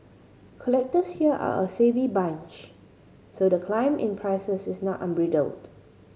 collectors here are a savvy bunch so the climb in prices is not unbridled